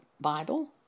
Bible